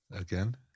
Again